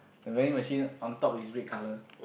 the vending machine on top is red colour